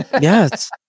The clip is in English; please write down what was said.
Yes